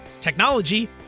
technology